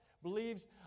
believes